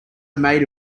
made